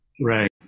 Right